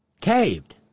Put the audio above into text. caved